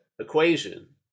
equation